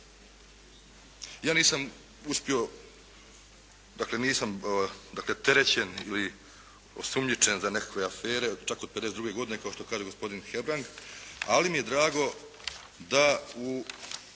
Ja nisam uspio, dakle nisam terećen ili osumnjičen za nekakve afere čak od '52. godine kao što kaže gospodin Hebrang, ali mi je drago da u,